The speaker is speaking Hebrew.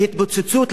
לאינתיפאדה.